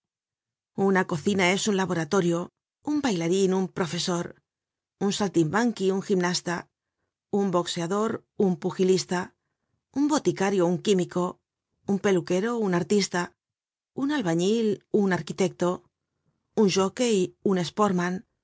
una cocina es un laboratorio un bailarin un profesor un saltirabamqui un gimnasta unboxador un pugilista un boticario un químico un peluquero un artista un albañil un arquitecto un jockey un sportman